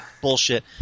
Bullshit